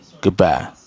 Goodbye